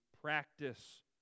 practice